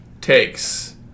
takes